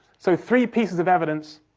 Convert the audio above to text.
so, three pieces of evidence,